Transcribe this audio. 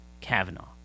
kavanaugh